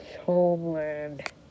homeland